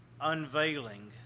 unveiling